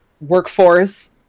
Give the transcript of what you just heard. workforce